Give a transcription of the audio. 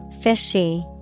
Fishy